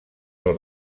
del